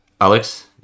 Alex